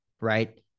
right